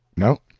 no,